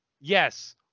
Yes